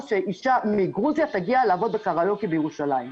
שאישה מגרוזיה תגיע לעבוד בקריוקי בירושלים.